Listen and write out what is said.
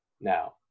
now